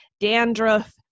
dandruff